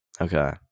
okay